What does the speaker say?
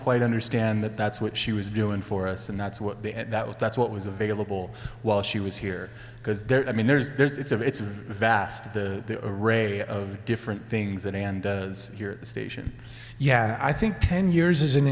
quite understand that that's what she was doing for us and that's what the that was that's what was available while she was here because there i mean there's there's it's of it's a vast the ray of different things that and your station yeah i think ten years is an